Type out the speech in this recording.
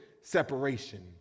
separation